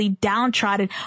downtrodden